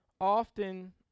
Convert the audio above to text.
often